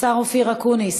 אופיר אקוניס.